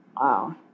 wow